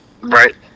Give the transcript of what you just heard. Right